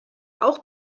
auch